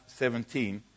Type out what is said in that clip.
17